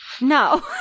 No